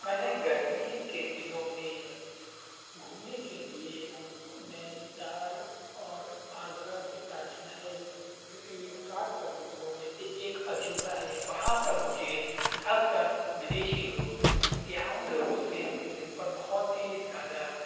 میں نے گرمی کے دنوں میں گھومنے کے لیے نینی تال اور آگرہ کے تاج محل جو کہ سات عجوبوں میں سے ایک عجوبہ ہے وہاں پر مجھے اکثر ودیشی لوگ ان سیاحوں لوگوں سے ملنے پر بہت ہی زیادہ